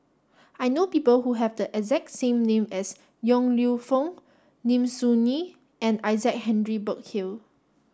I know people who have the exact name as Yong Lew Foong Lim Soo Ngee and Isaac Henry Burkill